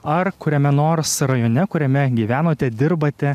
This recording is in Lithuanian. ar kuriame nors rajone kuriame gyvenote dirbate